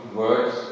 words